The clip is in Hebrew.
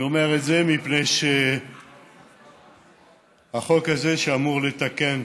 אני אומר את זה מפני שהחוק הזה, שאמור לתקן,